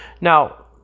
Now